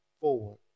forward